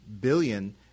billion